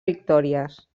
victòries